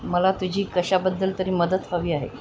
मला तुझी कशाबद्दल तरी मदत हवी आहे